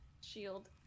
shield